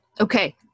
Okay